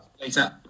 later